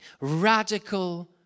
radical